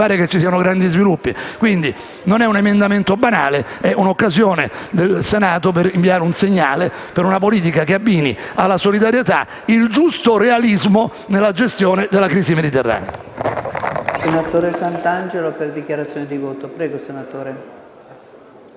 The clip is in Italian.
che ci siano grandi sviluppi. Non è un emendamento banale, ma rappresenta un'occasione per il Senato per inviare un segnale per una politica che abbini alla solidarietà il giusto realismo nella gestione della crisi mediterranea.